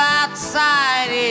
outside